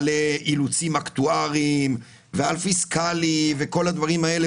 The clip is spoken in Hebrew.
על אילוצים אקטואריים ועל פיסקלי וכל הדברים האלה,